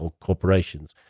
corporations